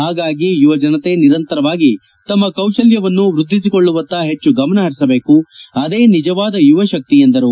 ಹಾಗಾಗಿ ಯುವ ಜನತೆ ನಿರಂತರವಾಗಿ ತಮ್ಮ ಕೌಶಲ್ಯವನ್ನು ವ್ಯದ್ರಿಸಿಕೊಳ್ಳುವತ್ತ ಪೆಚ್ಚು ಗಮನ ಪರಿಸಬೇಕು ಅದೇ ನಿಜವಾದ ಯುವ ಶಕ್ತಿ ಎಂದರು